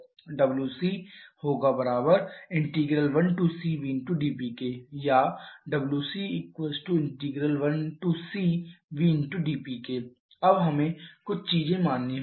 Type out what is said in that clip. wc1c vdP or wc1c VdP अब हमें कुछ चीजें माननी होंगी